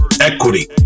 equity